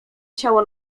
ciało